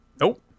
Nope